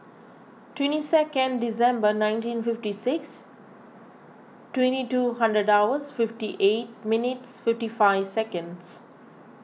twenty second December nineteen fifty six twenty two hundred hours fifty eight minutes fifty five seconds